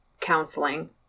counseling